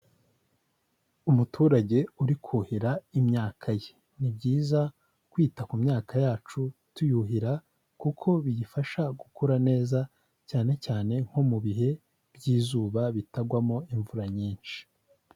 Umuturage uri kuhira imyaka ye, ni byiza kwita ku myaka yacu tuyuhira kuko biyifasha gukura neza cyane cyane nko mu bihe by'izuba bitagwamo imvura nyinshi.